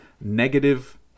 negative